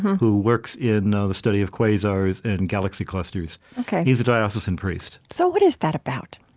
who works in ah the study of quasars and galaxy clusters. he's a diocesan priest so what is that about?